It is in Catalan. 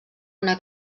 una